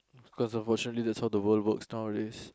because of unfortunately this is how the world works nowadays